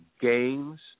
Games